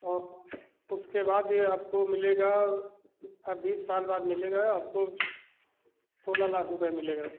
औ उसके बाद ये आपको मिलेगा बीस साल बाद मिलेगा आपको सोलह लाख रुपये मिलेगा